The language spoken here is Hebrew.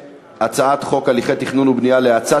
והצעת חוק הליכי תכנון ובנייה להאצת